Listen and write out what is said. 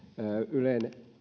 ylen